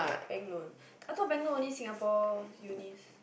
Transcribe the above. bank loan I think bank loan is only Singapore uni